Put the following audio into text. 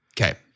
Okay